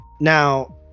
Now